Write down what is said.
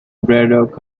braddock